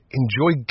enjoy